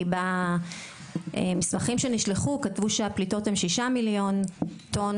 כי במסמכים שנשלחו כתבו שהפליטות הם 6 מיליון טון